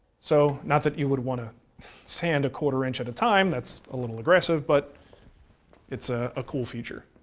so not that you would want to sand a quarter inch at a time, that's a little aggressive, but it's a a cool feature.